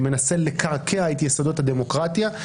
שמנסה לקעקע את יסודות הדמוקרטיה.